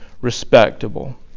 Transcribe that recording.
respectable